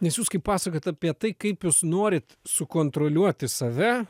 nes jūs kaip pasakojat apie tai kaip jūs norit sukontroliuoti save